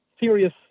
serious